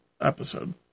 episode